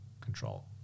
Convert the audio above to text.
control